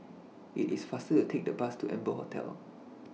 IT IS faster to Take The Bus to Amber Hotel